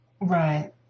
Right